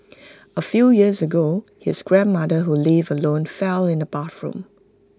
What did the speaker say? A few years ago his grandmother who lived alone fell in the bathroom